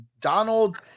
Donald